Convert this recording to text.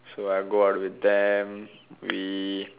so I go out with them we